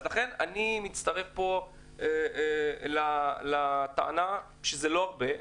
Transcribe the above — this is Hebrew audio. אז לכן, אני מצטרף פה לטענה שזה לא הרבה.